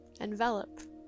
envelop